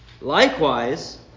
Likewise